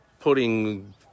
putting